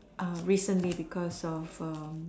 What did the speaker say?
uh recently because of um